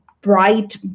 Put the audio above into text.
bright